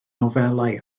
nofelau